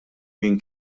minn